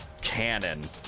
cannon